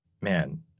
man